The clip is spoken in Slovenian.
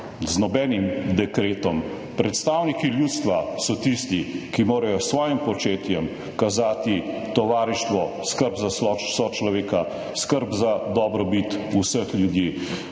z nobenim dekretom. Predstavniki ljudstva so tisti, ki morajo s svojim početjem kazati tovarištvo, skrb za sočloveka, skrb za dobrobit vseh ljudi.